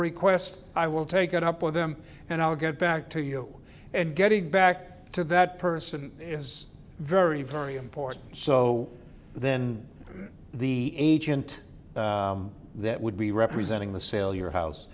request i will take it up with them and i'll get back to you and get it back to that person is very very important so then the agent that would be representing the sale your house